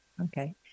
Okay